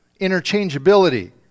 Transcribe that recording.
interchangeability